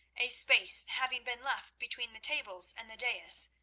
a space having been left between the tables and the dais,